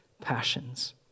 passions